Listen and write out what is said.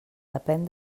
depén